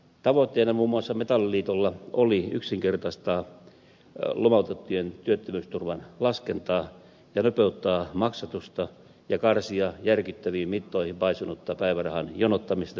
tavoitteena muun muassa metalliliitolla oli yksinkertaistaa lomautettujen työttömyysturvan laskentaa ja nopeuttaa maksatusta ja karsia järkyttäviin mittoihin paisunutta päivärahan jonottamista työttömyyskassoissa